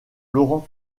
laurent